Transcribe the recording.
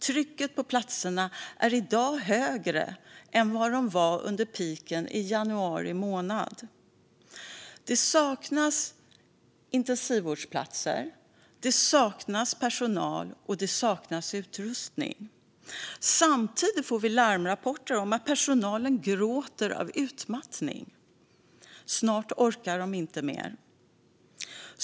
Trycket på platserna är i dag högre än det var under peaken i januari. Det saknas intensivvårdsplatser, det saknas personal och det saknas utrustning. Samtidigt får vi larmrapporter om att personalen gråter av utmattning. Snart orkar de inte mer.